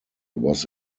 was